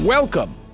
Welcome